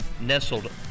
Nestled